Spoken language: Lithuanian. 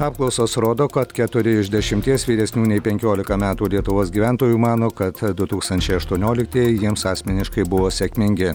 apklausos rodo kad keturi iš dešimties vyresnių nei penkiolika metų lietuvos gyventojų mano kad du tūkstančiai aštuonioliktieji jiems asmeniškai buvo sėkmingi